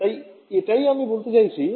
তাই এটাই আমি বলতে চাইছি